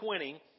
20